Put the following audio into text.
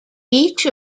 each